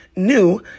new